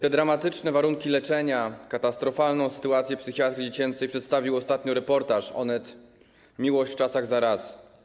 Te dramatyczne warunki leczenia, katastrofalną sytuację psychiatrii dziecięcej przedstawił ostatnio reportaż Onetu - „Miłość w czasach zarazy”